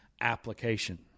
application